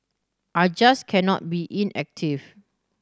I just cannot be inactive